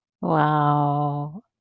Wow